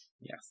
yes